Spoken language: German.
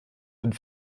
und